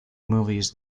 movies